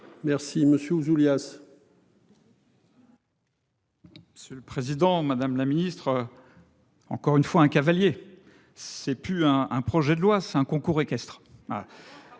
Merci monsieur Ouzoulias. C'est le président, madame la ministre. Encore une fois un cavalier c'est plus un, un projet de loi c'est un concours équestre.